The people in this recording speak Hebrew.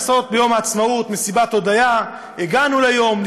לעשות ביום העצמאות מסיבת הודיה: הגענו ליום,